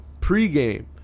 pregame